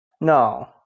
No